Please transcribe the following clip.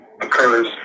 Occurs